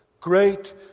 great